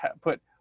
put